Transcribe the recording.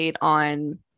on